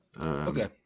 Okay